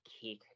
kick